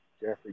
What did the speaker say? Jeffrey